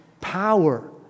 power